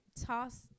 toss